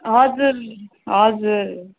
हजुर हजुर